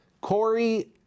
Corey